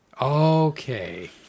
okay